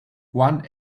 one